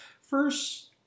First